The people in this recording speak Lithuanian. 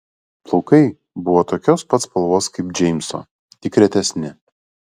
plaukai buvo tokios pat spalvos kaip džeimso tik retesni